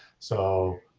so,